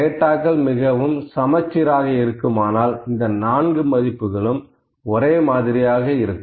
டேட்டாக்கள் மிகவும் சமச்சீராக இருக்குமானால் இந்த நான்கு மதிப்புகளும் ஒரே மாதிரியாக இருக்கும்